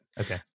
Okay